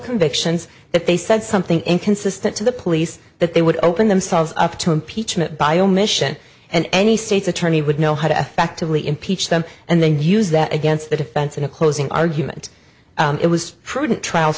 convictions if they said something inconsistent to the police that they would open themselves up to impeachment by omission and any state's attorney would know how to effectively impeach them and then use that against the defense in a closing argument it was prudent trial